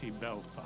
Belfast